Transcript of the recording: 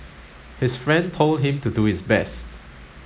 his friend told him to do his best